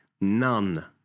none